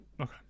okay